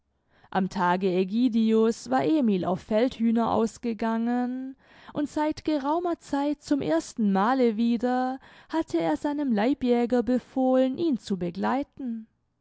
am tage aegidius war emil auf feldhühner ausgegangen und seit geraumer zeit zum erstenmale wieder hatte er seinem leibjäger befohlen ihn zu begleiten